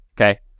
okay